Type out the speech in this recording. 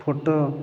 photo